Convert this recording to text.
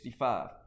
1965